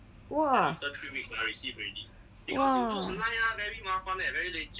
!wah! !wah!